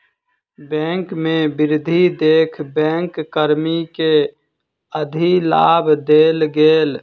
bank के वृद्धि देख बैंक कर्मी के अधिलाभ देल गेल